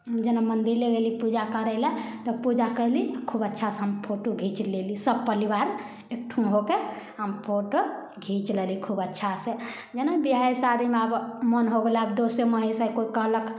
जेना मन्दिरे गेली पूजा करैलए तऽ पूजा करली आओर खूब अच्छासँ हम फोटो घिच लेली सभ परिवार एकठाम होकऽ हम फोटो घिच लेली खूब अच्छा से जे ने बिआहे शादीमे आब मोन हो गेल आब दोस्त से माँगै से आब कोइ कहलक